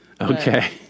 Okay